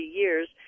years